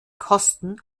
kosten